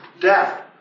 death